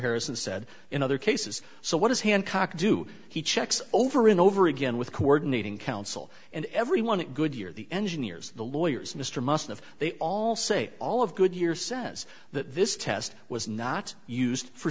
harrison said in other cases so what does hancock do he checks over and over again with coordinating council and everyone at goodyear the engineers the lawyers mr musgrave they all say all of goodyear says that this test was not used for